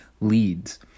leads